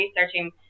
researching